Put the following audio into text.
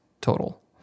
total